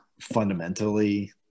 fundamentally